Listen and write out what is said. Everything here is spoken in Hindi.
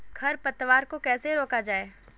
खरपतवार को कैसे रोका जाए?